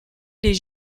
les